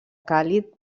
càlid